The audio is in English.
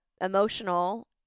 emotional